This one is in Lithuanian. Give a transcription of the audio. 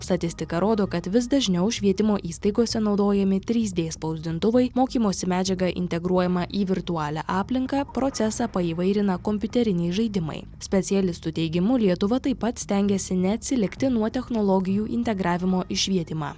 statistika rodo kad vis dažniau švietimo įstaigose naudojami trys d spausdintuvai mokymosi medžiaga integruojama į virtualią aplinką procesą paįvairina kompiuteriniai žaidimai specialistų teigimu lietuva taip pat stengiasi neatsilikti nuo technologijų integravimo į švietimą